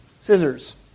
Scissors